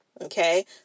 okay